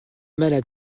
malades